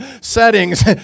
settings